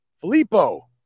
Filippo